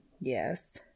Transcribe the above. yes